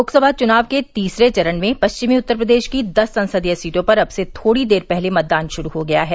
लोकसभा चुनाव के तीसरे चरण में पश्चिमी उत्तर प्रदेश की दस संसदीय सीटों पर अब से थोड़ी देर पहले मतदान शुरू हो गया है